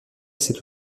cette